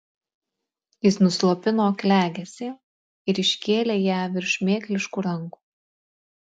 jis nuslopino klegesį ir iškėlė ją virš šmėkliškų rankų